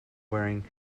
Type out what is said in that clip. wearing